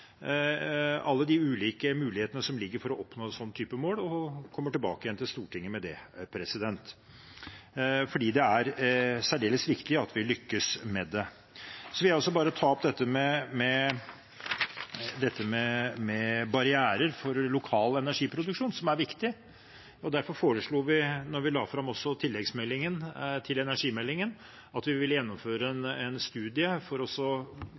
alle de ulike mulighetene som ligger for å oppnå et sånt type mål, og kommer tilbake igjen til Stortinget med det, fordi det er særdeles viktig at vi lykkes med det. Jeg vil også bare ta opp dette med barrierer for lokal energiproduksjon, som er viktig. Derfor foreslo vi også, da vi la fram tilleggsmeldingen til energimeldingen, at vi ville gjennomføre en studie for